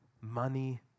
money